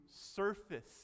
surface